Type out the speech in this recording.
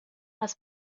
has